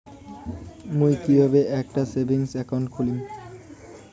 মুই কিভাবে একটা সেভিংস অ্যাকাউন্ট খুলিম?